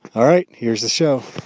all right, here's the show